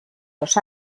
los